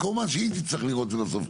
כמובן שהיא תצטרך לראות את זה בסוף.